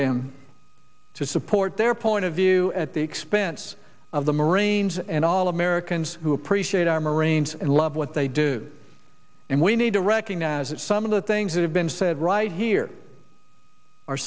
them to support their point of view at the expense of the marines and all americans who appreciate our marines and love what they do and we need to recognize that some of the things that have been said right here are